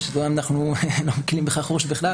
אנחנו בכלל לא מקלים בכך ראש.